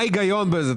תסבירו מה ההיגיון בזה.